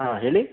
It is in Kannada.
ಹಾಂ ಹೇಳಿ